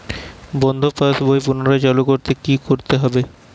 বন্ধ পাশ বই পুনরায় চালু করতে কি করতে হবে?